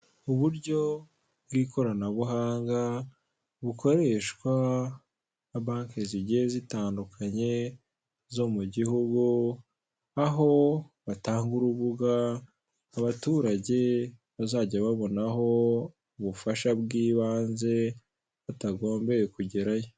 Uburyo bw'ikoranabuhanga bukoreshwa na banke zigiye zitandukanye zo mu gihugu, aho batanga urubuga abaturage bazajya babonaho ubufasha bw'ibanze batagombeye kugerayo.